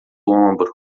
ombro